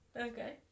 Okay